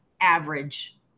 average